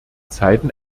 zeiten